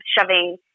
shoving